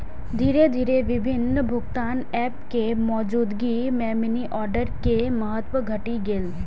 धीरे धीरे विभिन्न भुगतान एप के मौजूदगी मे मनीऑर्डर के महत्व घटि गेलै